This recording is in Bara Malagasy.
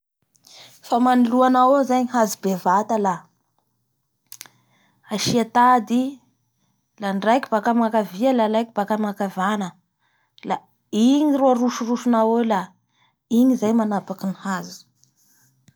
Fa manoloa anao eo zay ny hazo bevata la asi_a tady la ny raiky baka amin'ny akavia la ny raiy baka amin'ny akavana, la igny ro arosorosonao eo la igny zay ro manapakay ny hazo.